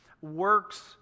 works